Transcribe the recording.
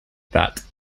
that